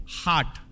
heart